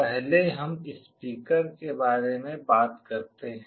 पहले हम स्पीकर के बारे में बात करते हैं